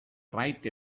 right